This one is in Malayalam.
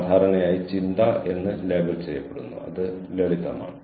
സമയപരിധിക്കുള്ളിൽ അപേക്ഷിക്കാൻ കഴിഞ്ഞില്ല